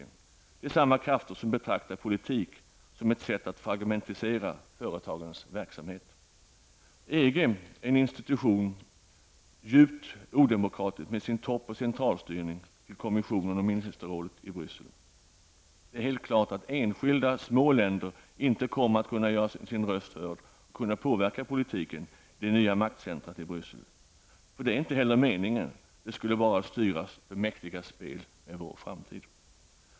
Det är samma krafter som betraktar politik som ett sätt att fragmentisera företags verksamheter. EG är som institution djupt odemokratisk med sin topp och centralstyrning till kommissionen och ministerrådet i Bryssel. Det är helt klart att enskilda små länder inte kommer att kunna göra sin röst hörd och kunna påverka politiken i det nya maktcentrat i Bryssel. Det är inte heller meningen, då det skulle störa de mäktigas spel med vår framtid.